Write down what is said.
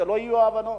שלא יהיו אי-הבנות.